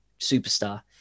superstar